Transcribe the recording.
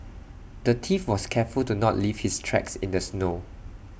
the thief was careful to not leave his tracks in the snow